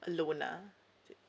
alone ah